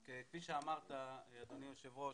כפי שאמרת, אדוני היושב ראש,